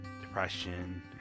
depression